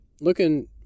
looking